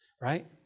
Right